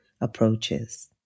approaches